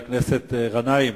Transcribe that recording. חבר הכנסת גנאים,